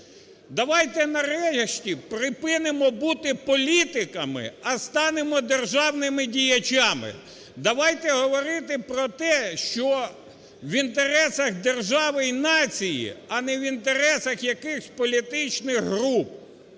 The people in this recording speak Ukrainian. Давайте нарешті припинимо бути політиками, а станемо державними діячами. Давайте говорити про те, що в інтересах держави і нації, а не в інтересах якихось політичних груп.